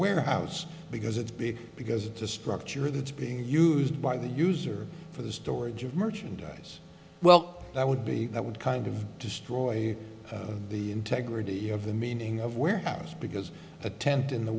warehouse because it's b because the structure that's being used by the user for the storage of merchandise well that would be that would kind of destroy the integrity of the meaning of warehouse because the tent in the